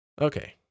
Okay